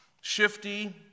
Shifty